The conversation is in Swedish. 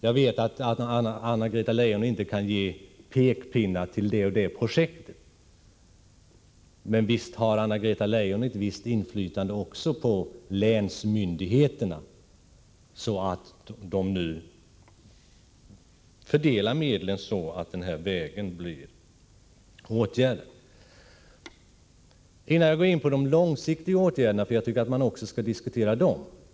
Jag vet att Anna-Greta Leijon inte kan ge pekpinnar om det och det projektet, men nog har Anna-Greta Leijon ett visst inflytande också över länsmyndigheterna så att de fördelar medlen på ett sådant sätt att det görs något åt den här vägen. Jag tycker att man också skall diskutera de långsiktiga åtgärderna.